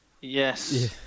Yes